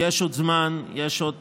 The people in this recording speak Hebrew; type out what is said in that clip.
יש עוד זמן, יש עוד